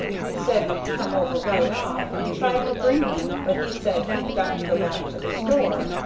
we said we'd come over right off and tried to bring him but he said he'd got to go back to the store,